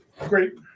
great